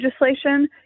legislation